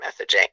messaging